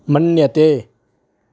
मन्यते